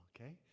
Okay